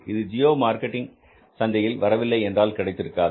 இது ஜியோ மார்க்கெட்டில் சந்தையில் வரவில்லை என்றால் கிடைத்திருக்காது